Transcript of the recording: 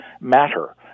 matter